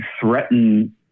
threaten